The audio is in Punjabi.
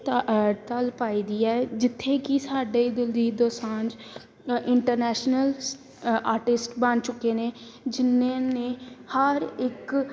ਤਾਂ ਤਲ ਪਾਈ ਦੀ ਹੈ ਜਿੱਥੇ ਕਿ ਸਾਡੇ ਦਿਲਜੀਤ ਦੋਸਾਂਝ ਇੰਟਰਨੈਸ਼ਨਲ ਆਰਟਿਸਟ ਬਣ ਚੁੱਕੇ ਨੇ ਜਿੰਨ੍ਹਾਂ ਨੇ ਹਰ ਇੱਕ